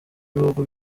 w’ibihugu